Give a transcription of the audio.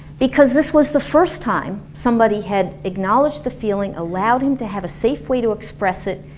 because this was the first time somebody had acknowledged the feeling, allowed him to have a safe way to express it,